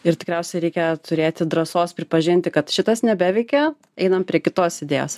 ir tikriausiai reikia turėti drąsos pripažinti kad šitas nebeveikia einam prie kitos idėjos